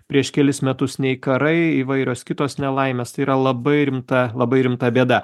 prieš kelis metus nei karai įvairios kitos nelaimės tai yra labai rimta labai rimta bėda